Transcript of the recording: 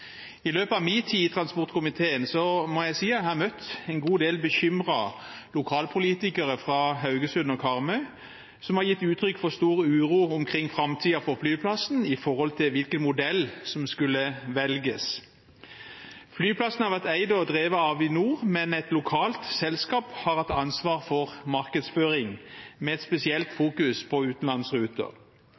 I løpet av min tid i transportkomiteen må jeg si jeg har møtt en god del bekymrede lokalpolitikere fra Haugesund og Karmøy som har gitt uttrykk for stor uro omkring framtiden for flyplassen i forbindelse med hvilken modell som skulle velges. Flyplassen har vært eid og drevet av Avinor, men et lokalt selskap har hatt ansvar for markedsføringen, med et spesielt fokus på utenlandsruter.